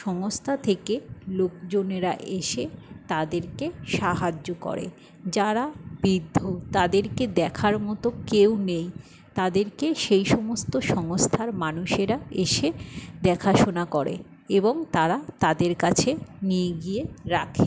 সংস্থা থেকে লোকজনেরা এসে তাদেরকে সাহায্য করে যারা বৃদ্ধ তাদেরকে দেখার মতো কেউ নেই তাদেরকে সেই সমস্ত সংস্থার মানুষেরা এসে দেখা শোনা করে এবং তারা তাদের কাছে নিয়ে গিয়ে রাখে